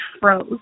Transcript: froze